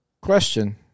question